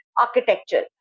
architecture